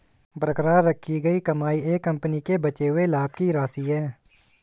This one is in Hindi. बरकरार रखी गई कमाई एक कंपनी के बचे हुए लाभ की राशि है